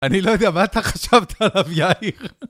אני לא יודע מה אתה חשבת עליו, יאיר.